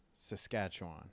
Saskatchewan